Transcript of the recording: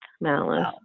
Malice